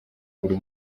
buri